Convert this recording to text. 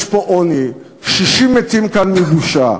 יש פה עוני, קשישים מתים כאן מבושה.